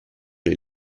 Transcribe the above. les